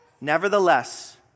Nevertheless